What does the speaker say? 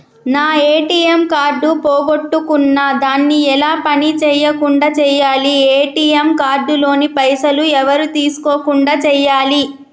నా ATM card పోగొట్టుకున్నా దాన్ని ఎలా పని చేయకుండా చేయాలి ఏ.టి.ఎమ్ కార్డు లోని పైసలు ఎవరు తీసుకోకుండా చేయాలి?